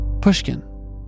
Pushkin